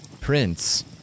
prince